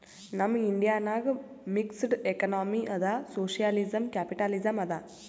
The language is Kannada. ನಮ್ ಇಂಡಿಯಾ ನಾಗ್ ಮಿಕ್ಸಡ್ ಎಕನಾಮಿ ಅದಾ ಸೋಶಿಯಲಿಸಂ, ಕ್ಯಾಪಿಟಲಿಸಂ ಅದಾ